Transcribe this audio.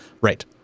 right